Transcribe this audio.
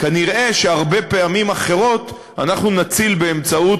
נראה שהרבה פעמים אחרות אנחנו נציל באמצעות